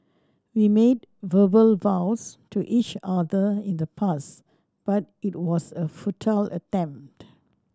we made verbal vows to each other in the past but it was a futile attempt